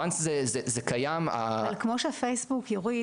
ברגע שזה קיים ה -- כמו שהפייסבוק יוריד